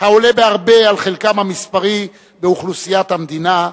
העולה בהרבה על חלקם המספרי באוכלוסיית המדינה,